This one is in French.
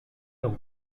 donc